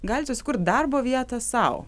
galit susikurt darbo vietą sau